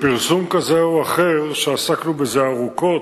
פרסום כזה או אחר, ועסקנו בזה ארוכות,